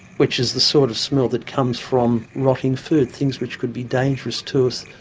which is the sort of smell that comes from rotting food, things which could be dangerous to us.